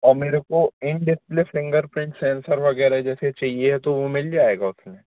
और मेरे को इनडिस्प्ले फ़िंगरप्रिंट सेंसर वगैरह जैसे चाहिए है तो वो मिल जाएगा उसमें